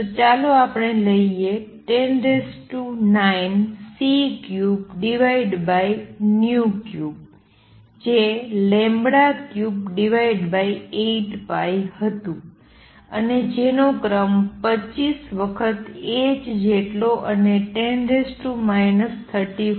તો ચાલો આપણે લઈએ 109c33 જે 38π હતુ અને જેનો ક્રમ 25 વખત h જેટલો અને 10 34 છે